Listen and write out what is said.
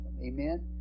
amen